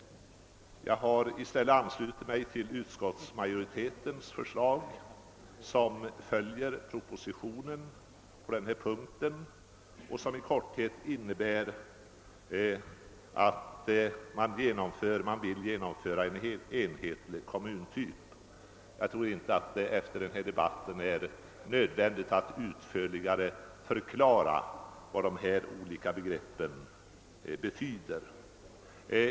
Jag har i stället anslutit mig till utskottsmajoritetens förslag, som följer propositionen på denna punkt och som i korthet innebär att man vill genomföra en enhetlig kommuntyp. Jag tror inte att det efter denna debatt är nödvändigt att utförligare förklara vad de olika begreppen betyder.